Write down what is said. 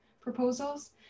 proposals